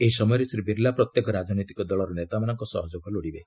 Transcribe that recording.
ଏହି ସମୟରେ ଶ୍ରୀ ବିର୍ଲା ପ୍ରତ୍ୟେକ ରାଜନୈତିକ ଦଳର ନେତାମାନଙ୍କ ସହଯୋଗ ଲୋଡ଼ିବେ